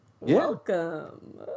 Welcome